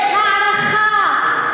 יש הערכה.